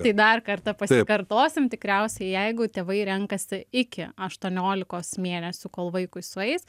tai dar kartą pasikartosim tikriausiai jeigu tėvai renkasi iki aštuoniolikos mėnesių kol vaikui sueis